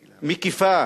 מקיפה,